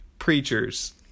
Preachers